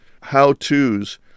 how-tos